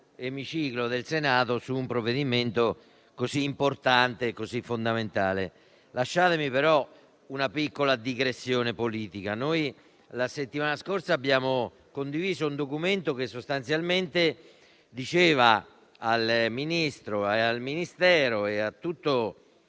emiciclo del Senato, su un provvedimento così importante e fondamentale. Consentitemi, però, una piccola digressione politica. La settimana scorsa abbiamo condiviso un documento che sostanzialmente chiedeva al Ministro, al Ministero e a tutto il